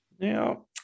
Now